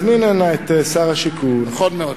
וצריך להזמין הנה את שר השיכון, נכון מאוד.